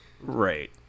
right